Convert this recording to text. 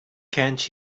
can’t